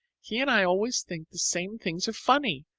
he and i always think the same things are funny,